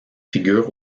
figure